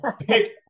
pick